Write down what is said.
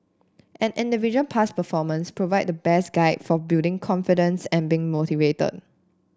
an individual past performance provide the best guide for building confidence and being motivated